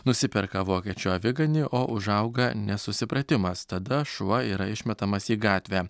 nusiperka vokiečių aviganį o užauga nesusipratimas tada šuo yra išmetamas į gatvę